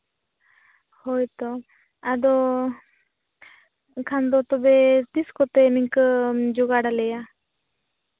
ᱦᱳᱭ ᱛᱚ ᱟᱫᱚ ᱮᱱᱠᱷᱟᱱ ᱫᱚ ᱛᱚᱵᱮ ᱛᱤᱥ ᱠᱚᱛᱮ ᱱᱤᱝᱠᱟᱹᱢ ᱡᱳᱜᱟᱲ ᱟᱞᱮᱭᱟ